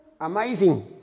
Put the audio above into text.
amazing